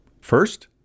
First